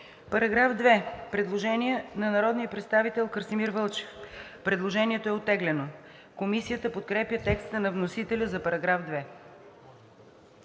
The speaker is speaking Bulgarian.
По § 2 има предложение на народния представител Красимир Вълчев. Предложението е оттеглено. Комисията подкрепя текста на вносителя за § 2.